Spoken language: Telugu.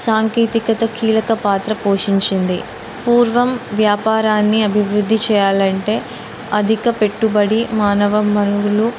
సాంకేతికత కీలక పాత్ర పోషించింది పూర్వం వ్యాపారాన్ని అభివృద్ధి చెయ్యాలంటే అధిక పెట్టుబడి మానవ వనరులు